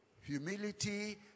humility